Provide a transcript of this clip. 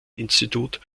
institut